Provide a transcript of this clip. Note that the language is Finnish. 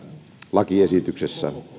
lakiesityksessä